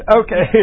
okay